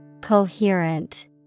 Coherent